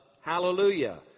Hallelujah